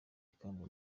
ikamba